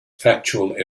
factual